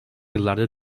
yıllarda